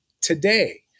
today